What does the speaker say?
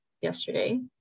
yesterday